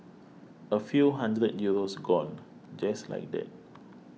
a few hundred Euros gone just like that